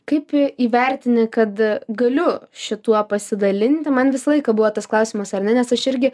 kaip įvertini kad galiu šituo pasidalinti man visą laiką buvo tas klausimas ar ne nes aš irgi